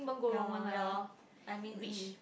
ya loh ya lor I mean